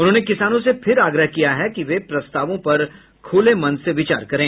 उन्होंने किसानों से फिर आग्रह किया है कि वे प्रस्तावों पर खुले मन से विचार करें